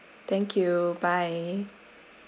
thank you bye